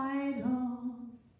idols